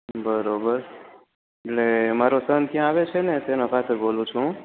બબરોબર એટલે મારો સન ત્યાં આવે છે ને એનો ફાધર બોલું છું હું